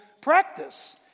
practice